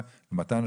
חובתכם כוועדה,